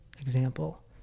example